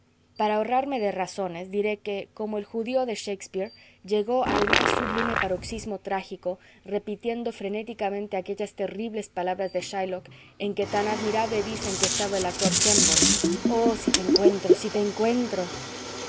para ahorrarme de razones diré que como el judío de shakespeare llegó al más sublime paroxismo trágico repitiendo frenéticamente aquellas terribles palabras de shylock en que tan admirable dicen que estaba el actor kemble oh si te encuentro si te encuentro